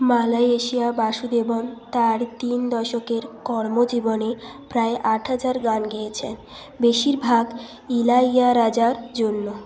Malaysia Vasudevan তাঁর তিন দশকের কর্মজীবনে প্রায় আট হাজার গান গেয়েছেন বেশিরভাগ ইলাইয়ারাজার জন্য